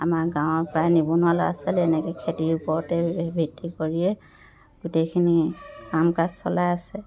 আমাৰ গাঁৱৰ প্ৰায় নিবনুৱা ল'ৰা ছোৱালী এনেকে খেতিৰ ওপৰতে ভিত্তি কৰিয়ে গোটেইখিনি কাম কাজ চলাই আছে